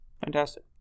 Fantastic